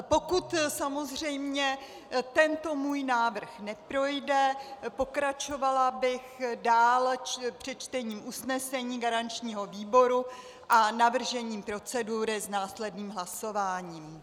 Pokud samozřejmě tento můj návrh neprojde, pokračovala bych dále s přečtením usnesení garančního výboru a navržením procedury s následným hlasováním.